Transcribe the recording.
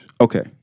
Okay